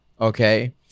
Okay